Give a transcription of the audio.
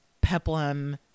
peplum